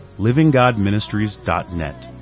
livinggodministries.net